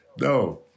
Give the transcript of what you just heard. No